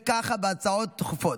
ככה זה בהצעות דחופות.